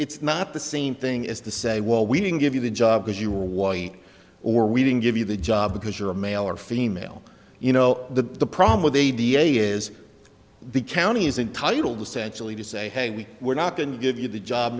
it's not the same thing as to say well we didn't give you the job because you're white or we didn't give you the job because you're a male or female you know the problem with a da is the county is entitled essentially to say hey we were not going to give you the job